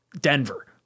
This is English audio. Denver